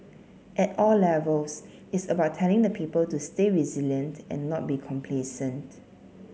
at all levels it's about telling the people to stay resilient and not be complacent